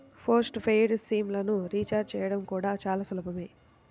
post paid sim లను recharge చేయడం కూడా చాలా సులభమే